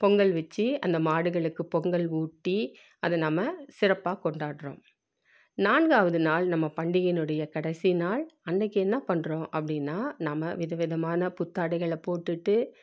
பொங்கல் வெச்சு அந்த மாடுகளுக்கு பொங்கல் ஊட்டி அதை நம்ம சிறப்பாக கொண்டாடுறோம் நான்காவது நாள் நம்ம பண்டிகையினுடைய கடைசி நாள் அன்றைக்கி என்ன பண்ணுறோம் அப்படின்னா நம்ம விதவிதமான புத்தாடைகளை போட்டுகிட்டு